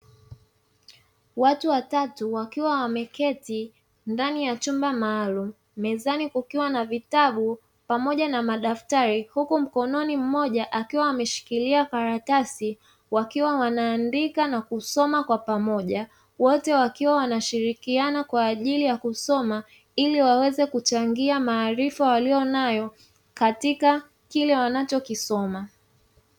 Watu watatu wakiwa wameketi ndani ya chumba maalumu mezani kukiwa na vitabu pamoja na madaftari huku mkononi mmoja ukiwa umeshikilia karatasi wakiwa wanaandika na kusoma kwa pamoja wote wakiwa wanashirikiana kusoma ili waweze kuchangia maarifa waliyonayo katika kile wanachokisoma.